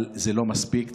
אבל זה לא מספיק.